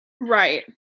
Right